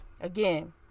again